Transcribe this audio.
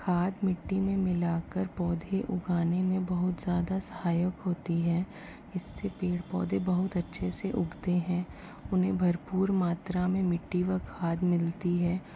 खाद मिट्टी में मिलाकर पौधे उगाने में बहुत ज़्यादा सहायक होती है इससे पेड़ पौधे बहुत अच्छे से उगते हैं उन्हें भरपूर मात्रा में मिट्टी में खाद मिलती है